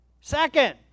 Second